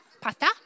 pasta